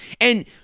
And-